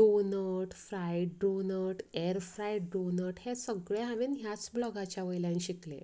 doughnut fried donut or fried donut हें सगलें हांवेन ह्याच ब्लाॅगाच्या वयल्यान शिकलें